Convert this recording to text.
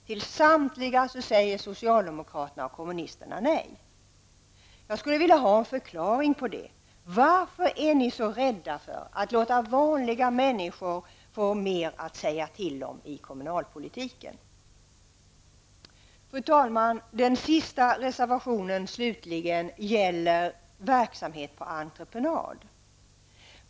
Till samtliga reservationer säger socialdemokraterna och kommunisterna nej. Jag skulle vilja ha en förklaring till detta. Varför är ni så rädda för att låta vanliga människor få mer att säga till om i kommunalpolitiken? Fru talman! Den sista reservationen slutligen gäller verksamhet på entreprenad.